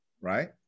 right